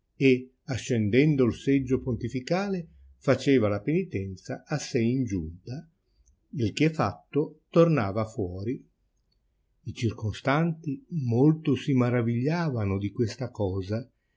pontefice ascendendo il seggio pontificale faceva la penitenza a sé ingiunta il che fatto tornava fuori i circonstanti molto si maravigliavano di questa cosa